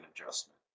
adjustment